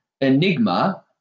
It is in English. Enigma